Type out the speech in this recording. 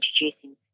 introducing